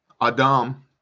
adam